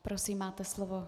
Prosím, máte slovo.